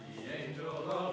you know